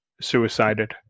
suicided